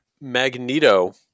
Magneto